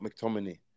McTominay